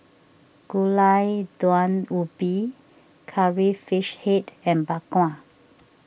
Gulai Daun Ubi Curry Fish Head and Bak Kwa